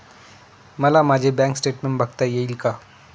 मला माझे bank statement बघता येईल का?